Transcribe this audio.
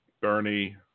Bernie